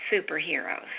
superheroes